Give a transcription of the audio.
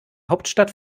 hauptstadt